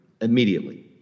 immediately